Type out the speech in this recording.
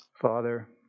Father